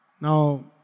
Now